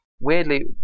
weirdly